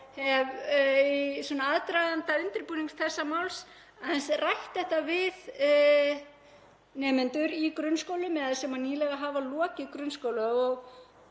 hef í aðdraganda undirbúnings þessa máls rætt þetta við nemendur í grunnskólum eða sem nýlega hafa lokið grunnskóla